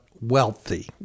wealthy